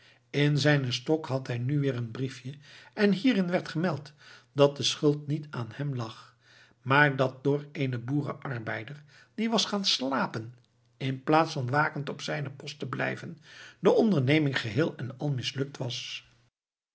in zijnen stok had hij nu weer een briefje en hierin werd gemeld dat de schuld niet aan hem lag maar dat door eenen boeren arbeider die was gaan slapen inplaats van wakend op zijnen post te blijven de onderneming geheel en al mislukt was